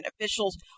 Officials